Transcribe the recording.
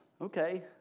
Okay